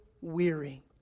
weary